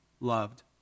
loved